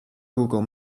google